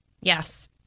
yes